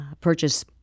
purchase